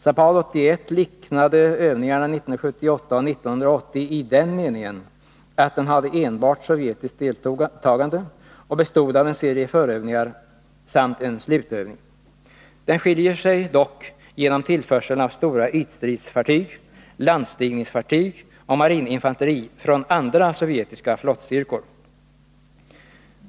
ZAPAD 81 liknade övningarna 1978 och 1980 i den meningen att den hade enbart sovjetiskt deltagande och bestod av en serie förövningar samt en slutövning. Den skiljer sig dock genom tillförseln av stora ytstridsfartyg, landstigningsfartyg och marininfanteri från andra sovjetiska flottstyrkor.